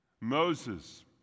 Moses